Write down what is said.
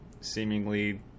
seemingly